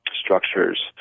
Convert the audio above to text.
structures